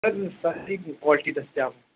سر quality دستیاب ہے